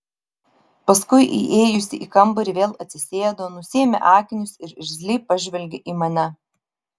paskui įėjusi į kambarį vėl atsisėdo nusiėmė akinius ir irzliai pažvelgė į mane